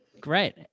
Great